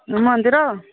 ମନ୍ଦିର